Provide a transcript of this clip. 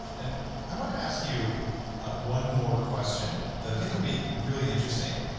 and i want to ask you one more question that i think will be really interesting,